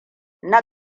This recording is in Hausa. na